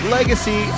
legacy